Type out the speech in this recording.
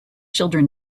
children